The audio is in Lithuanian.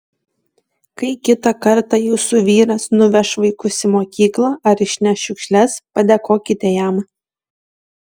kai kitą kartą jūsų vyras nuveš vaikus į mokyklą ar išneš šiukšles padėkokite jam